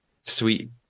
sweet